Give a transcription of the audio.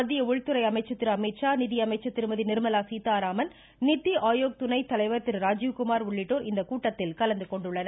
மத்திய உள்துறை அமைச்சர் திரு அமீத்ஷா நிதிஅமைச்சர் திருமதி நிர்மலா சீதாராமன் நிதி ஆயோக் துணை தலைவர் திரு ராஜீவ்குமார் உள்ளிட்டோர் இக்கூட்டத்தில் கலந்துகொண்டுள்ளனர்